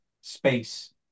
space